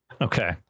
Okay